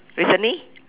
recently